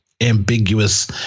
ambiguous